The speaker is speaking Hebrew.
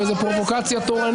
איזה פרובוקציה תורנית.